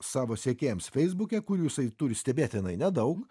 savo sekėjams feisbuke kurių jisai turi stebėtinai nedaug